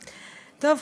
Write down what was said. טוב,